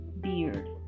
beard